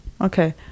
Okay